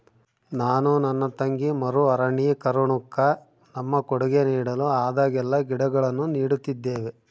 ನಾನು ನನ್ನ ತಂಗಿ ಮರು ಅರಣ್ಯೀಕರಣುಕ್ಕ ನಮ್ಮ ಕೊಡುಗೆ ನೀಡಲು ಆದಾಗೆಲ್ಲ ಗಿಡಗಳನ್ನು ನೀಡುತ್ತಿದ್ದೇವೆ